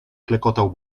klekotał